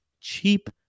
cheap